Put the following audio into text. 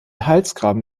halsgraben